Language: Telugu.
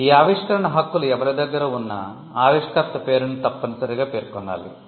ఈ ఆవిష్కరణ హక్కులు ఎవరి దగ్గర ఉన్నా ఆవిష్కర్త పేరును తప్పనిసరిగా పేర్కొనాలి